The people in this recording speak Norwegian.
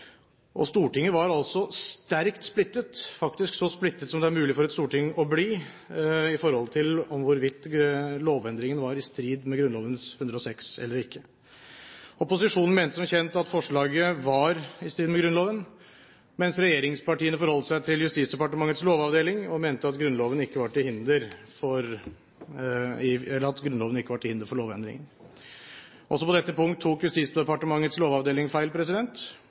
tomtefesteinstruksen. Stortinget var sterkt splittet, faktisk så splittet som det er mulig for et storting å bli, med hensyn til hvorvidt lovendringen var i strid med Grunnloven § 106 eller ikke. Opposisjonen mente, som kjent, at forslaget var i strid med Grunnloven, mens regjeringspartiene forholdt seg til Justisdepartementets lovavdeling og mente at Grunnloven ikke var til hinder for lovendringen. Også på dette punkt tok Justisdepartementets lovavdeling feil.